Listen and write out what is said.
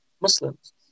Muslims